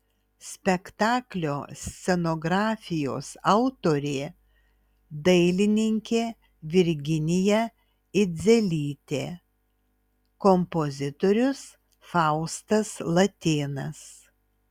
spektaklio scenografijos autorė dailininkė virginija idzelytė kompozitorius faustas latėnas